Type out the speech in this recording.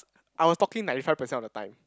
I was talking ninety five percent of the time